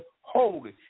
holy